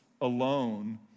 alone